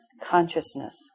consciousness